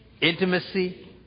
intimacy